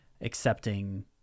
accepting